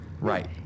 Right